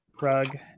rug